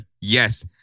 yes